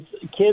kids